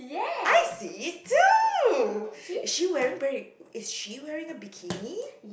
I see it too is she wearing is she wearing a bikini